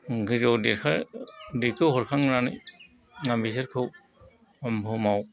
गोजौआव दैखो हरखांनानै बिसोरखौ बुहुमाव